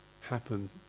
happen